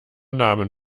namen